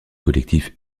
collectif